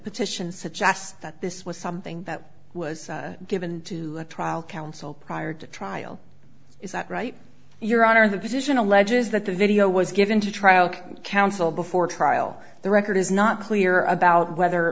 petition suggests that this was something that was given to a trial counsel prior to trial is that right your honor the position alleges that the video was given to trial counsel before trial the record is not clear about whether